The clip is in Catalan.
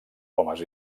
homes